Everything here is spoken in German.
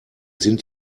sind